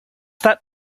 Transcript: that